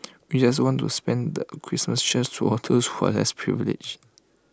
we just want to spend the Christmas cheer to all those who are less privilege